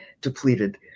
depleted